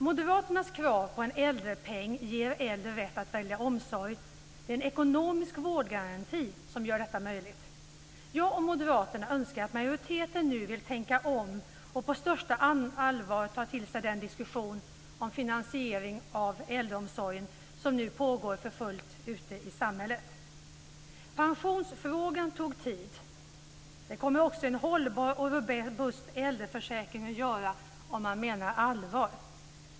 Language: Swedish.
Moderaternas krav på en äldrepeng ger äldre rätt att välja omsorg och en ekonomisk vårdgaranti som gör detta möjligt. Jag och moderaterna önskar att majoriteten nu vill tänka om och på största allvar ta till sig den diskussion om finansiering av äldreomsorgen som nu pågår för fullt ute i samhället. Pensionsfrågan tog tid, och det kommer också en hållbar och robust äldreförsäkring att göra, om man menar allvar.